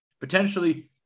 potentially –